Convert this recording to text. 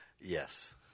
Yes